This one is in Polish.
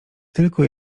tylko